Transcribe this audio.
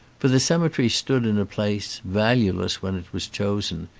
for the cemetery stood in a place, valueless when it was chosen,